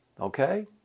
okay